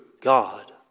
God